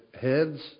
heads